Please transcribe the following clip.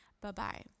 Bye-bye